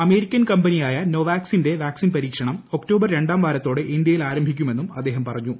American കമ്പനിയായ നോവാക്സിന്റെ vaccine പരീക്ഷണം ഒക്ടോബർ രണ്ടാം വാരത്തോടെ ഇന്ത്യയിൽ ആരംഭിക്കുമെന്നും അദ്ദേഹം പറഞ്ഞു